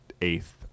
eighth